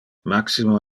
maximo